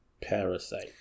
parasite